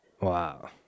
Wow